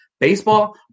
baseball